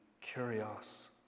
Curios